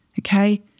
Okay